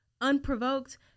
unprovoked